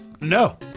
No